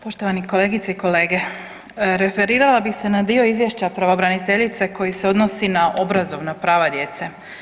Poštovani kolegice i kolege, referirala bih se na dio izvješća pravobraniteljice koji se odnosi na obrazovna prava djece.